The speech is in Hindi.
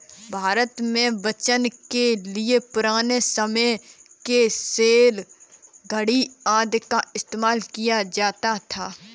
भारत में वजन के लिए पुराने समय के सेर, धडी़ आदि का इस्तेमाल किया जाता था